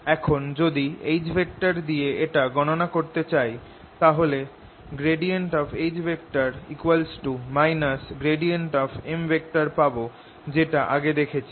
এখন যদি H দিয়ে এটা গণনা করতে চাই তাহলে H M পাব যেটা আগে দেখেছি